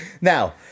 Now